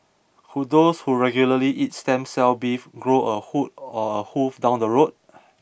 could those who regularly eat stem cell beef grow a horn or a hoof down the road